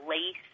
lace